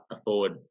afford